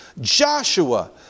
Joshua